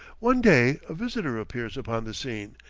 one day, a visitor appears upon the scene,